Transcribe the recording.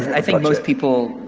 i think most people